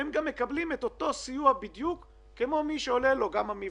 גם מקבלים את אותו סיוע בדיוק כמו שמי שעולה לו המבנה,